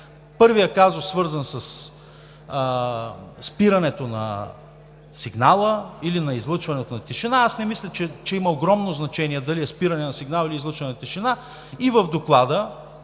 Първият казус е свързан със спирането на сигнала или на излъчването на тишина. Аз не мисля, че има огромно значение дали е спиране на сигнал, или е излъчване на тишина. В изводите